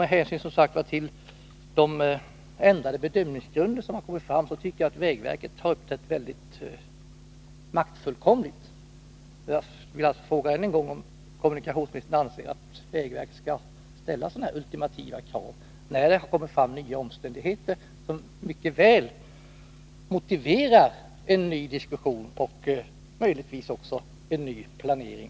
Med hänsyn till de ändrade bedömningsgrunderna tycker jag som sagt att vägverket har uppträtt väldigt maktfullkomligt. Och jag vill än en gång fråga om kommunikationsministern anser att vägverket skall ställa sådana här ultimativa krav när det i fråga om den här vägsträckan har kommit fram nya omständigheter som mycket väl motiverar en ny diskussion och möjligtvis också en ny planering.